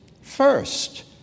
first